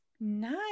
nice